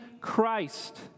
Christ